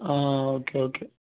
ആ okay okay